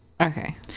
Okay